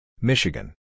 Michigan